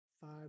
five